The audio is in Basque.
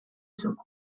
zuk